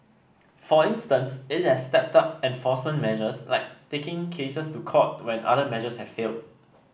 for instance it has stepped up enforcement measures like taking cases to court when other measures have failed